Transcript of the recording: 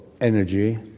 energy